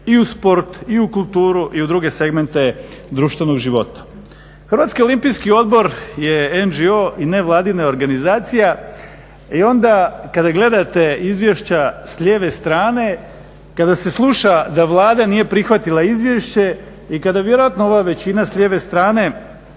i u sport i u kulturu i u druge segmente društvenog života. Hrvatski olimpijski odbor je … /Govornik se ne razumije./… i nevladina organizacija i onda kada gledate izvješća s lijeve strane, kada se sluša da Vlada nije prihvatila izvješće i kada vjerojatno ova većina s lijeve strane